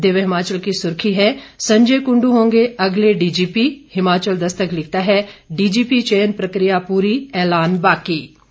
दिव्य हिमाचल की सूर्खी है संजय कुंडू होंगे अगले डीजीपी हिमाचल दस्तक लिखता है डीजीपी चयन प्रक्रिया पूरी एलान बाकी